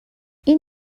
این